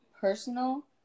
personal